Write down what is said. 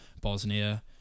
Bosnia